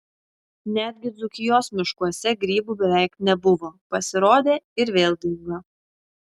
netgi dzūkijos miškuose grybų beveik nebuvo pasirodė ir vėl dingo